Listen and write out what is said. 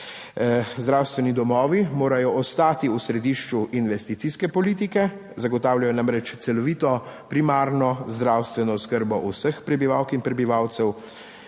Zdravstveni domovi morajo ostati v središču investicijske politike, zagotavljajo namreč celovito primarno zdravstveno oskrbo vseh prebivalk in prebivalcev.